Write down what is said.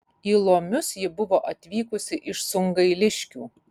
į lomius ji buvo atvykusi iš sungailiškių